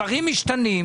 דברים משתנים,